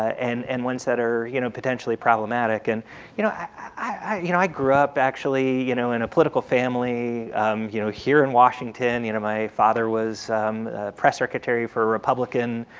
and and ones that are you know potentially problematic. and you know i you know i grew up actually you know in a political family you know here in washington and you know my father was press secretary for a republican